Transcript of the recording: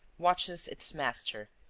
watches its master,